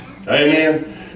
Amen